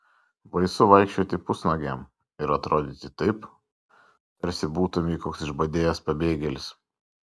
baisu vaikščioti pusnuogiam ir atrodyti taip tarsi būtumei koks išbadėjęs pabėgėlis